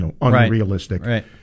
unrealistic